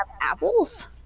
apples